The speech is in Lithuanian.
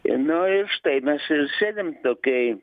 nu ir štai mes ir sėdim tokėj